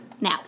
Now